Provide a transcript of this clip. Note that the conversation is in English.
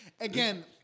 Again